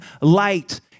light